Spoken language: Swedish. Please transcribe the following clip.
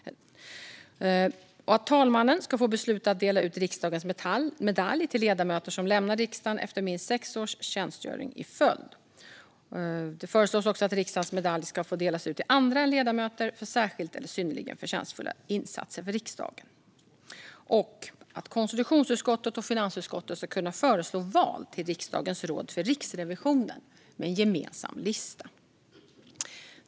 Talmannen ska få besluta att dela ut riksdagens medalj till ledamöter som lämnar riksdagen efter minst sex års tjänstgöring i följd. Det föreslås också att riksdagens medalj ska få delas ut till andra än ledamöter för särskilt eller synnerligen förtjänstfulla insatser för riksdagen. Vidare ska konstitutionsutskottet och finansutskottet föreslå val till riksdagens råd för Riksrevisionen med gemensam lista.